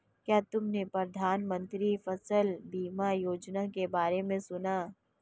क्या तुमने प्रधानमंत्री फसल बीमा योजना के बारे में सुना?